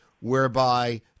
whereby